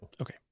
Okay